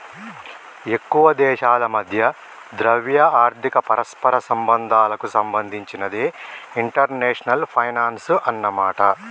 ఎక్కువ దేశాల మధ్య ద్రవ్య ఆర్థిక పరస్పర సంబంధాలకు సంబంధించినదే ఇంటర్నేషనల్ ఫైనాన్సు అన్నమాట